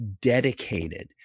dedicated